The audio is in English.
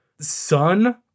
son